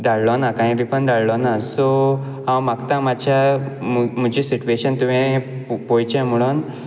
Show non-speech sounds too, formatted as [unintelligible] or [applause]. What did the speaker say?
धाडलो ना कांय रिफंड धाडलो ना सो हांव मागता मातशें [unintelligible] म्हजें सिट्युएशन तुवें पोवचें म्हणून